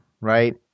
right